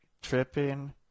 tripping